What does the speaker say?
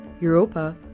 Europa